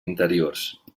interiors